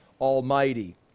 almighty